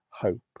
hope